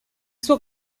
suo